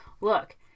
look